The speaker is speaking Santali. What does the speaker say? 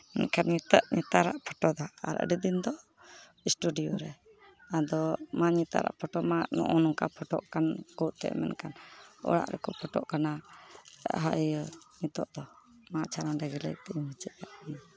ᱢᱮᱱᱠᱷᱟᱡ ᱱᱮᱛᱟᱨᱟᱜ ᱯᱷᱳᱴᱳ ᱫᱚ ᱟᱨ ᱟᱹᱰᱤ ᱫᱤᱱ ᱫᱚ ᱥᱴᱩᱰᱤᱭᱳ ᱨᱮ ᱟᱫᱚ ᱢᱟ ᱱᱮᱛᱟᱨᱟᱜ ᱯᱷᱳᱴᱳ ᱢᱟ ᱱᱚᱜᱼᱚ ᱱᱚᱝᱠᱟ ᱯᱷᱳᱴᱳ ᱠᱟᱱ ᱠᱚ ᱮᱱᱛᱮᱜ ᱢᱮᱱᱠᱷᱟᱱ ᱚᱲᱟᱜ ᱨᱮᱠᱚ ᱯᱷᱳᱴᱳᱜ ᱠᱟᱱᱟ ᱡᱟᱦᱟᱸ ᱤᱭᱟᱹ ᱱᱤᱛᱚᱜ ᱫᱚ ᱢᱟ ᱟᱪᱪᱷᱟ ᱱᱚᱸᱰᱮ ᱜᱮ ᱞᱟᱹᱭ ᱠᱟᱛᱮᱫ ᱤᱧ ᱢᱩᱪᱟᱹᱫ ᱠᱟᱜ ᱠᱟᱱᱟ